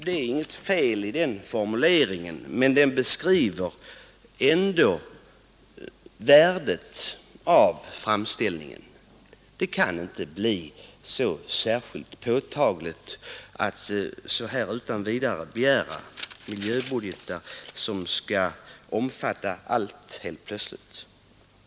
Det är inget fel i den formuleringen, men den beskriver ändå värdet av framställningen; man kan ju inte bara så här utan vidare begära miljöbudgeter som helt plötsligt skall omfatta allting.